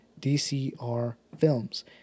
DCRfilms